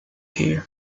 here